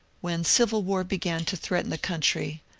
when civil war began to threaten the country,